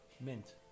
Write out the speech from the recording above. Mint